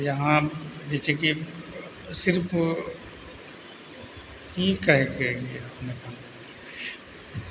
यहाँ जे छै कि सिर्फ की कैहके अयलिए अपनेके हम